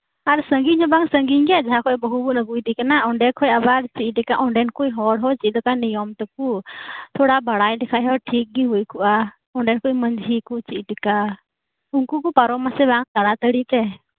ᱟᱨ ᱥᱟᱺᱜᱤᱧ ᱦᱚ ᱵᱟᱝ ᱥᱟᱺᱜᱤᱧ ᱜᱮᱭᱟ ᱡᱟᱦᱟᱸ ᱠᱷᱚᱡ ᱵᱟᱹᱦᱩᱵᱩᱱ ᱟᱹᱜᱩᱭᱫᱤ ᱠᱟᱱᱟ ᱚᱸᱰᱮ ᱠᱷᱚᱡ ᱟᱵᱟᱨ ᱪᱮᱫᱞᱮᱠᱟ ᱚᱸᱰᱮᱱ ᱠᱩ ᱦᱚᱲᱦᱚᱸ ᱪᱮᱫᱞᱮᱠᱟ ᱱᱤᱭᱚᱢ ᱛᱟᱠᱩ ᱛᱷᱚᱲᱟ ᱵᱟᱲᱟᱭ ᱞᱮᱠᱷᱟᱡ ᱦᱚᱸ ᱴᱷᱤᱠᱜᱤ ᱦᱩᱭᱠᱚᱜ ᱟ ᱚᱸᱰᱮᱱ ᱠᱩ ᱢᱟᱺᱡᱷᱤᱠᱩ ᱪᱮᱫᱞᱮᱠᱟ ᱩᱱᱠᱩ ᱠᱩ ᱯᱟᱨᱚᱢ ᱟᱥᱮ ᱵᱟᱝ ᱛᱟᱲᱟᱛᱟᱹᱲᱤ ᱛᱮ